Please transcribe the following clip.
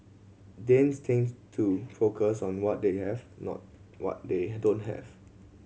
Danes tend to focus on what they have not what they don't have